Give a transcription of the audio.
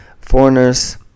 foreigners